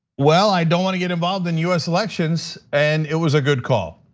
well, i don't want to get involved in us elections and it was a good call.